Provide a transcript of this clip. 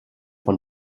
von